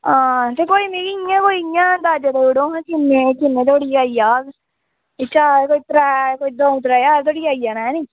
ते कोई मिगी इंया कोई इंया अंदाज़ा देई ओड़ो हा मिगी कि किन्ने किन्ने धोड़ी आई जाह्ग त्रै ते त्रै दं'ऊ ज्हार तगर आई जाना